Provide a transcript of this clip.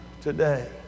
today